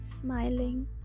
smiling